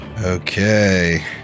Okay